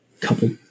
couple